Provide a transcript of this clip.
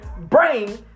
brain